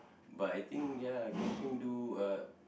but I think ya camping do uh